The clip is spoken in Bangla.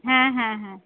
হ্যাঁ হ্যাঁ হ্যাঁ